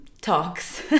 talks